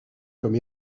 comme